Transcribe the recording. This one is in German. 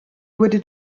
wurde